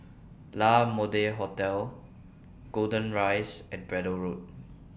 La Mode Hotel Golden Rise and Braddell Road